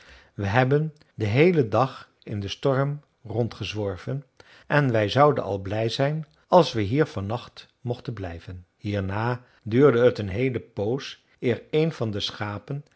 we hebben den heelen dag in den storm rondgezworven en wij zouden al blij zijn als we hier van nacht mochten blijven hierna duurde het een heele poos eer een van de schapen